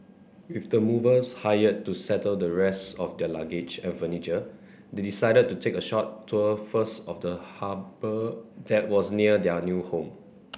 with the movers hired to settle the rest of their luggage and furniture they decided to take a short tour first of the harbour that was near their new home